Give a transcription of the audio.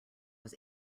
was